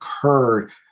occurred